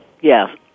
Yes